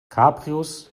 cabrios